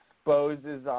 Exposes